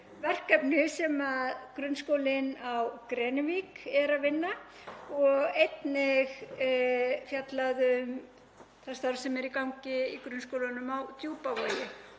verkefni sem grunnskólinn á Grenivík er að vinna og einnig fjallað um það starf sem er í gangi í grunnskólanum á Djúpavogi.